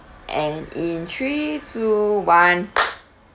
and in three two one